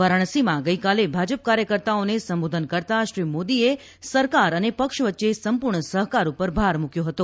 વારાણસીમાં ગઈકાલે ભાજપ કાર્યકર્તાઓને સંબોધન કરતાં શ્રી મોદીએ સરકાર અને પક્ષ વચ્ચે સંપૂર્ણ સફકાર પર ભાર મૂકથો ફતો